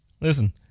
Listen